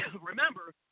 Remember